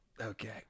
Okay